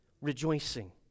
rejoicing